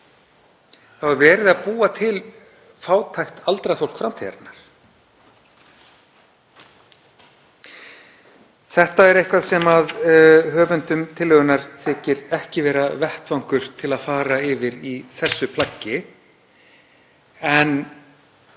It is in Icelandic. er verið að búa til fátækt aldrað fólk framtíðarinnar. Þetta er eitthvað sem höfundur tillögunnar þykir ekki vera vettvangur til að fara yfir í þessu plaggi